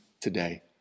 today